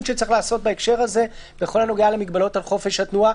שצריך לעשות בהקשר הזה בכל הנוגע למגבלות על חופש התנועה,